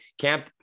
camp